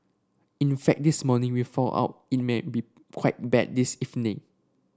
in fact this morning we four out it might be quite bad this evening